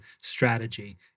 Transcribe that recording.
strategy